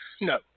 no